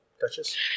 touches